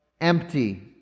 empty